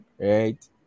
Right